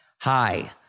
Hi